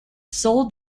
sold